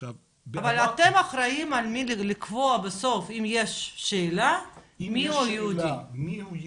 אבל אתם אחראים על מי לקבוע בסוף אם יש שאלה מי הוא יהודי.